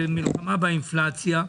למלחמה באינפלציה.